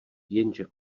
jenže